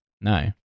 No